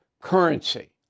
currency